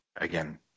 again